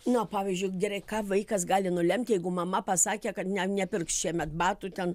na pavyzdžiui gerai ką vaikas gali nulemt jeigu mama pasakė kad ne nepirks šiemet batų ten